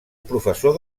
professor